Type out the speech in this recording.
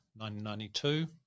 1992